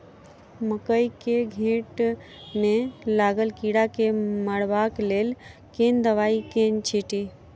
मकई केँ घेँट मे लागल कीड़ा केँ मारबाक लेल केँ दवाई केँ छीटि?